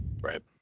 Right